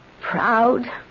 Proud